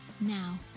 now